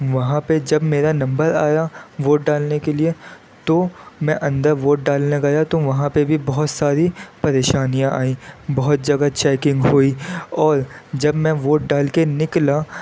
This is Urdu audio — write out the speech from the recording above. وہاں پہ جب میرا نمبر آیا ووٹ ڈالنے کے لیے تو میں اندر ووٹ ڈالنے گیا تو وہاں پہ بھی بہت ساری پریشانیاں آئیں بہت جگہ چیکنگ ہوئی اور جب میں ووٹ ڈال کے نکلا